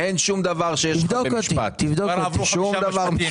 אין שום דבר שיש לך במשפט.